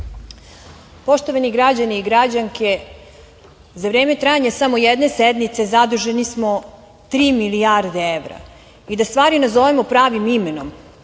građani i građanke, za vreme trajanja samo jedne sednice zaduženi smo tri milijarde evra i, da stvari nazovemo pravim imenom,